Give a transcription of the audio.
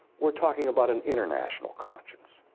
we're talking about an international conscience,